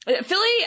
Philly